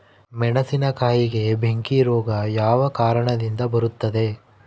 ಮೆಣಸಿನಕಾಯಿಗೆ ಬೆಂಕಿ ರೋಗ ಯಾವ ಕಾರಣದಿಂದ ಬರುತ್ತದೆ?